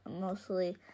mostly